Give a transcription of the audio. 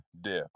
death